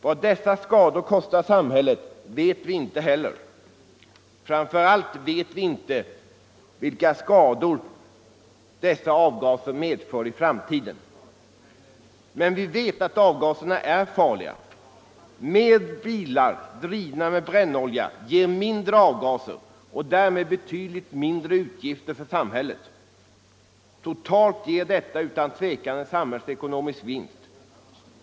Vad dessa skador kostar samhället vet vi inte heller. Framför allt vet vi inte vilka skador dessa avgaser medför i framtiden. Men vi vet att avgaserna är farliga. Fler bilar drivna med brännolja ger mindre avgaser och därmed betydligt reducerade utgifter för samhället. Totalt medför detta utan tvekan en samhällsekonomisk vinst.